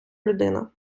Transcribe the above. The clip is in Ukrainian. людина